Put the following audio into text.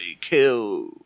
kill